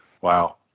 Wow